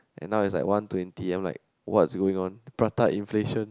and now is like one twenty and I'm like what's going on prata inflation